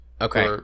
Okay